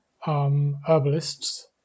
herbalists